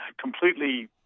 completely